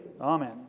Amen